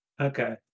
Okay